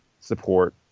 support